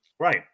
Right